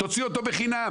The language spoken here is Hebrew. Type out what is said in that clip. תוציא אותו בחינם,